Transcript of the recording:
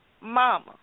Mama